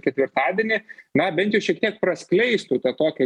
ketvirtadienį na bent jau šiek tiek praskleistų tą tokį